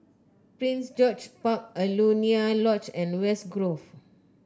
Prince George's Park Alaunia Lodge and West Grove